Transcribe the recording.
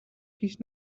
پیش